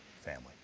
family